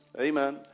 Amen